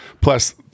Plus